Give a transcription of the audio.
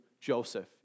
Joseph